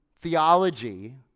theology